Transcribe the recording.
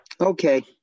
Okay